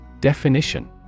Definition